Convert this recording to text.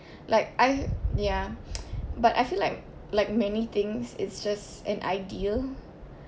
like I ya but I feel like like many things it's just an ideal